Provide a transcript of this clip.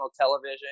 television